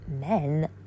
men